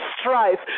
strife